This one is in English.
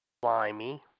slimy